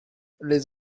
les